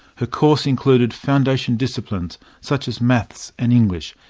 her course included foundation disciplines such as maths and english,